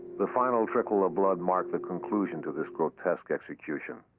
the final trickle of blood marked the conclusion to this grotesque execution.